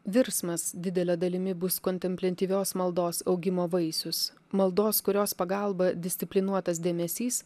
virsmas didele dalimi bus kontempliatyvios maldos augimo vaisius maldos kurios pagalba disciplinuotas dėmesys